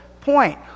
point